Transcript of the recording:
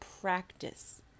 practice